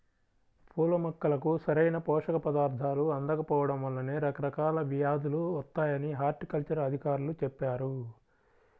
పూల మొక్కలకు సరైన పోషక పదార్థాలు అందకపోడం వల్లనే రకరకాల వ్యేదులు వత్తాయని హార్టికల్చర్ అధికారులు చెప్పారు